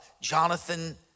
jonathan